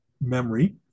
memory